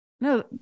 no